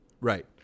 Right